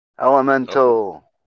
elemental